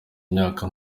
imyaka